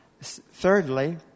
Thirdly